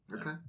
Okay